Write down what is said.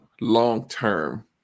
long-term